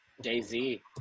Jay-Z